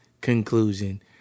conclusion